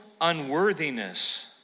unworthiness